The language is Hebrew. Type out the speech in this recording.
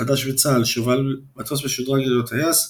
חדש בצה"ל שובל - מטוס משודרג ללא טייס,